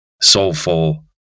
soulful